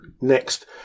next